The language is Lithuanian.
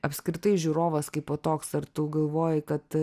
apskritai žiūrovas kaipo toks ar tu galvoji kad